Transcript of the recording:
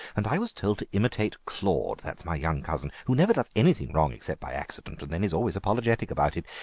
and i was told to imitate claude, that's my young cousin, who never does anything wrong except by accident, and then is always apologetic about it.